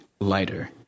lighter